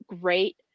great